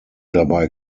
dabei